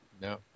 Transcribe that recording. No